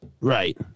right